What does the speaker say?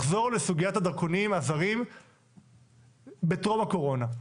לחזור לסוגיית הדרכונים הזרים בתום הקורונה.